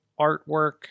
artwork